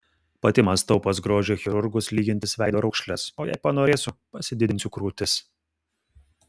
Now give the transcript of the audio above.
pati mąstau pas grožio chirurgus lygintis veido raukšles o jei panorėsiu pasididinsiu krūtis